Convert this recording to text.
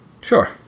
Sure